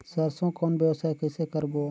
सरसो कौन व्यवसाय कइसे करबो?